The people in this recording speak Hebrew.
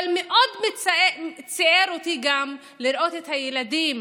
אבל מאוד ציער אותי גם לראות את הילדים